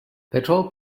patrol